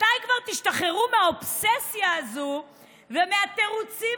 מתי כבר תשתחררו מהאובססיה הזאת ומהתירוצים